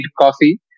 coffee